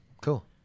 cool